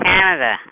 Canada